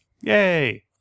Yay